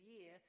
year